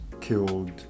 killed